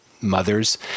mothers